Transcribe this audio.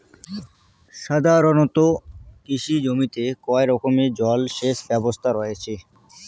সাধারণত কৃষি জমিতে কয় রকমের জল সেচ ব্যবস্থা রয়েছে?